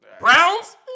Browns